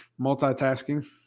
multitasking